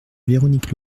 véronique